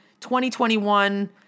2021